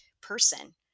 person